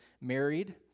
married